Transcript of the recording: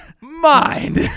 mind